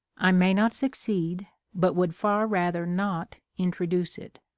i may not succeed, but would far rather not introduce it.